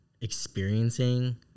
Experiencing